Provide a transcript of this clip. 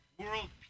world